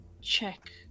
check